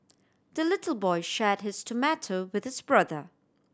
the little boy shared his tomato with his brother